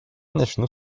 начну